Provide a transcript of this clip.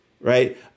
right